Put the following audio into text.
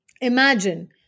Imagine